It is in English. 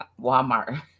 Walmart